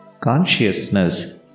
consciousness